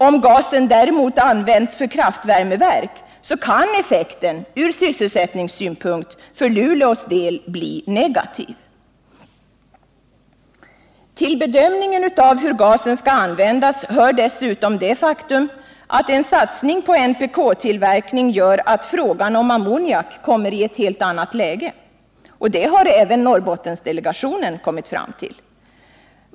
Om gasen däremot används för kraftvärmeverk kan effekten ur sysselsättningssynpunkt för Luleås del bli negativ. Till bedömningen av hur gasen skall användas hör dessutom det faktum att en satsning på NPK-tillverkning gör att frågan om ammoniak kommer i ett annat läge. Detta har även Norrbottendelegationen kommit fram till.